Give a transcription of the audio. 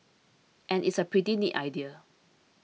and it's a pretty neat idea